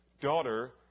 daughter